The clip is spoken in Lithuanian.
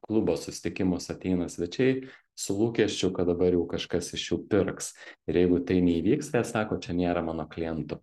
klubo susitikimus ateina svečiai su lūkesčiu kad dabar jau kažkas iš jų pirks ir jeigu tai neįvyks jie sako čia nėra mano klientų